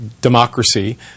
democracy